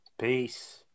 peace